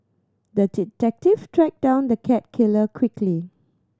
the detective tracked down the cat killer quickly